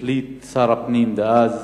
החליט שר הפנים דאז